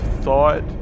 thought